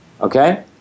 Okay